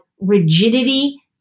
rigidity